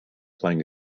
playing